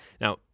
Now